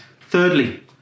Thirdly